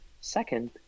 Second